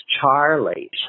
Charlie